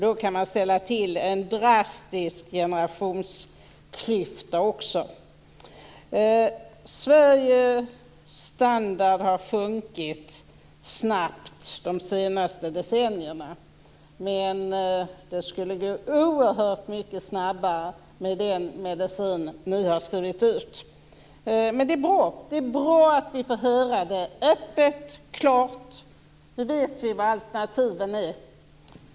Då kan man ställa till en drastisk generationsklyfta också. Sveriges standard har sjunkit snabbt de senaste decennierna. Det skulle gå oerhört mycket snabbare med den medicin som ni har skrivit ut. Men det är bra att vi får höra det öppet och klart. Då vet vi vad alternativet är.